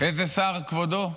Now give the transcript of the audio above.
איזה שר כבודו?